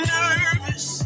nervous